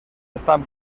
están